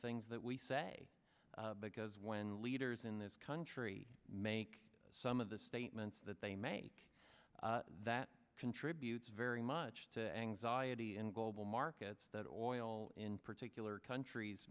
things that we say because when leaders in this country make some of the statements that they make that contributes very much to anxiety in global markets that oil in particular countries